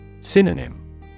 Synonym